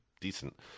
decent